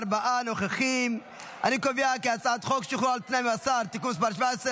חוק שחרור על תנאי ממאסר (תיקון מס' 17,